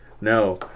no